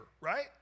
right